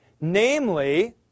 Namely